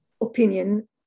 opinion